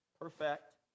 perfect